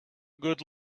good